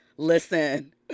Listen